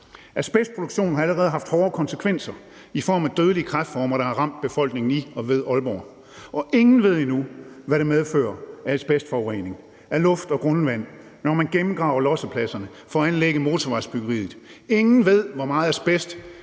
Asbestproduktionen har allerede haft hårde konsekvenser i form af dødelige kræftformer, der har ramt befolkningen i og ved Aalborg, og ingen ved endnu, hvad det medfører af asbestforurening af luft og grundvand, når man gennemgraver lossepladserne for at anlægge motorvejsbyggeriet. Ingen ved, hvor meget asbest